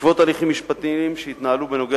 בעקבות הליכים משפטיים שהתנהלו בנוגע